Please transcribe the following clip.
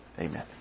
Amen